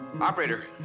Operator